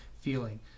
feeling